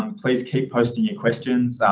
um please keep posting your questions,